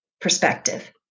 perspective